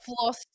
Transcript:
floss